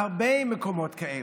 מקומות כאלה.